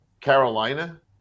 Carolina